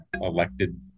elected